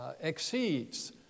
exceeds